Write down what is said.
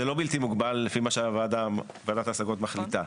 זה לא בלתי מוגבל, לפי מה שוועדת ההשגות מחליטה.